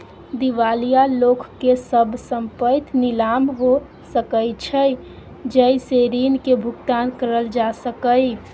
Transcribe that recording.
दिवालिया लोक के सब संपइत नीलाम हो सकइ छइ जइ से ऋण के भुगतान करल जा सकइ